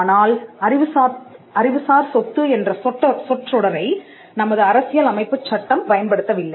ஆனால் அறிவுசார் சொத்து என்ற சொற்றொடரை நமது அரசியல் அமைப்புச் சட்டம் பயன்படுத்தவில்லை